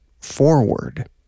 forward